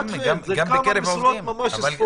יש כמה משרות ממש ספורות.